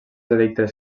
edictes